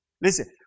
Listen